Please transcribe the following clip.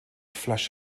flash